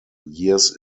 years